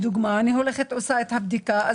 אני עושה את הבדיקה,